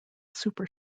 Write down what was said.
super